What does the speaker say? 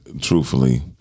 Truthfully